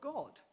God